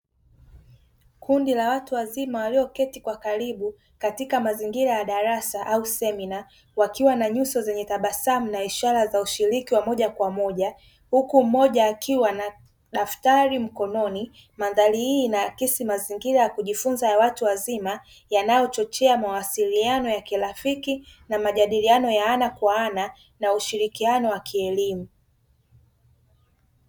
Kundi la watu wazima walioketi kwa karibu katika mazingira ya darasa au semina wakiwa na nyuso zenye tabasamu na ishara za ushiriki wa moja kwa moja huku mmoja akiwa na daftari mkononi. Mandhari hii inaakisi mazingira ya kujifunza ya watu wazima yanayo chochea mawasiliano ya kirafiki na majadiliano ya ana kwa ana na ushirikiano wa kielimu.